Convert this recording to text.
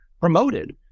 promoted